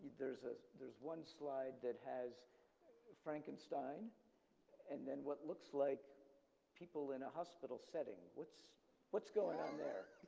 there's ah there's one slide that has frankenstein and then what looks like people in a hospital setting. what's what's going on there?